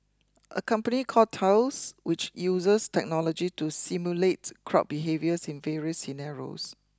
a company called Thales which uses technology to simulate crowd behaviours in various scenarios